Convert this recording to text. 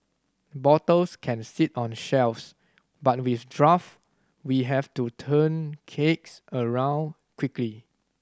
bottles can sit on shelves but with draft we have to turn kegs around quickly